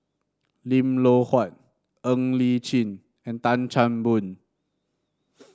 Lim Loh Huat Ng Li Chin and Tan Chan Boon